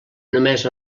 només